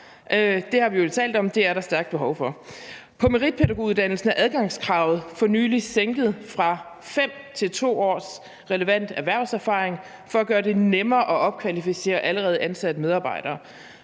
Det har vi jo talt om at der er et stærkt behov for. På meritpædagoguddannelsen er adgangskravet for nylig sænket fra 5 til 2 års relevant erhvervserfaring for at gøre det nemmere at opkvalificere allerede ansatte medarbejdere.